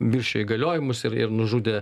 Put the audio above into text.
viršijo įgaliojimus ir ir nužudė